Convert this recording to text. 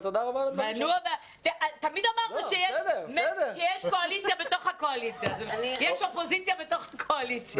תמיד אמרנו שיש אופוזיציה בתוך הקואליציה.